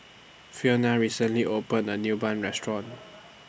Fiona recently opened A New Bun Restaurant